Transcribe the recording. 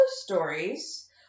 stories